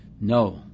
No